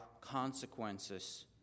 consequences